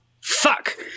Fuck